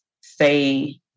say